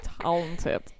talented